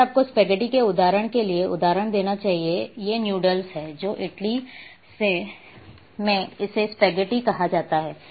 मुझे आपको स्पेगेटी के उदाहरणों में एक उदाहरण देना चाहिए ये नूडल्स हैं जो इटली में इसे स्पेगेटी कहा जाता है